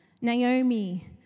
Naomi